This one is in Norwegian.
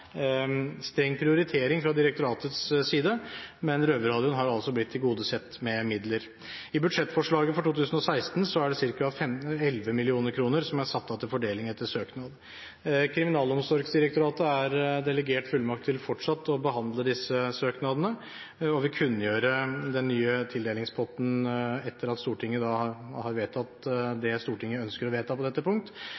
streng prioritering fra direktoratets side, men Røverradioen har altså blitt tilgodesett med midler. I budsjettforslaget for 2016 er det ca. 11 mill. kr som er satt av til fordeling etter søknad. Kriminalomsorgsdirektoratet er delegert fullmakt til fortsatt å behandle disse søknadene og vil kunngjøre den nye tildelingspotten etter at Stortinget har vedtatt det Stortinget ønsker å vedta på dette punkt,